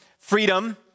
freedom